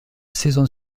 saison